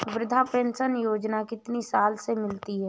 वृद्धा पेंशन योजना कितनी साल से मिलती है?